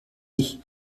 ich